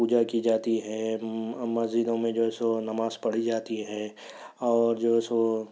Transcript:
پوجا کی جاتی ہے مسجدوں میں جو ہے سو نماز پڑھی جاتی ہے اور جو ہے سو